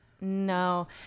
No